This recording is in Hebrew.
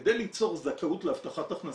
כדי ליצור זכאות להבטחת הכנסה,